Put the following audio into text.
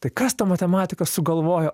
tai kas tą matematiką sugalvojo